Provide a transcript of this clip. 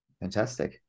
Fantastic